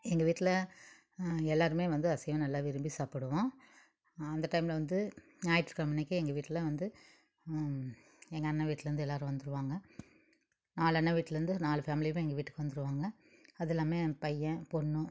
எங்கள் வீட்டில எல்லாருமே வந்து அசைவம் நல்லா விரும்பி சாப்பிடுவோம் அந்த டைம்ல வந்து ஞாயிற்றுக்கிழம அன்னைக்கு எங்கள் வீட்டில வந்து எங்கள் அண்ணன் வீட்டிலேருந்து எல்லாரும் வந்துடுவாங்க நாலு ண்ணன் வீட்டிலேருந்து நாலு ஃபேமிலியுமே எங்கள் வீட்டுக்கு வந்துடுவாங்க அதும் இல்லாமல் என் பையன் பொண்ணு